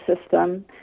system